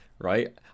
Right